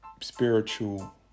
spiritual